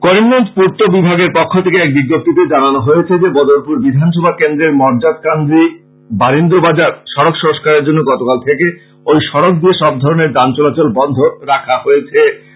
করিমগঞ্জ পূর্ত্ত বিভাগের পক্ষ থেকে এক বিজ্ঞপ্তীতে জানানো হয়েছে যে বদরপুর বিধানসভা কেন্দ্রের মর্জাৎকান্দি বারীন্দ্র বাজার সড়ক সংস্কারের জন্য গতকাল থেকে ঔই সড়ক দিয়ে সব ধরনের যান চলাচল বন্ধ রাখা হয়েছে